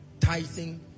tithing